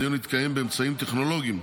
הדיון יתקיים באמצעים טכנולוגיים,